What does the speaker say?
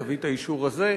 תביא את האישור הזה.